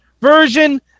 version